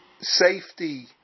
safety